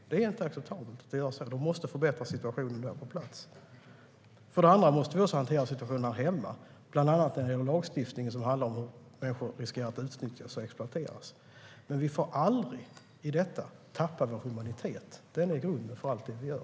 Det är inte acceptabelt. Situationen måste förbättras på plats. Vi måste också hantera situationen här hemma, bland annat när det gäller lagstiftningen som handlar om att människor riskerar att utnyttjas och exploateras. Men vi får aldrig i detta tappa vår humanitet. Den är grunden för allting vi gör.